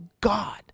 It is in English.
God